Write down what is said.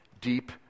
deep